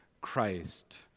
Christ